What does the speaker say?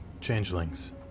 changelings